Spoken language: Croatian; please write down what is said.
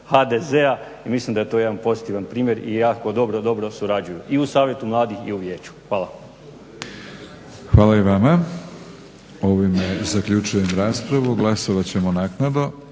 HDZ-a i mislim da je to jedan pozitivan primjer i jako dobro, dobro surađuju i u Savjetu mladih i u Vijeću. Hvala. **Batinić, Milorad (HNS)** Hvala i vama. Ovime zaključujem raspravu. Glasovat ćemo naknadno.